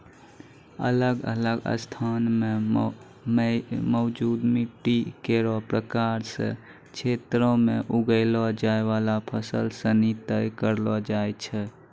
अलग अलग स्थान म मौजूद मिट्टी केरो प्रकार सें क्षेत्रो में उगैलो जाय वाला फसल सिनी तय करलो जाय छै